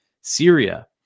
Syria